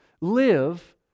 live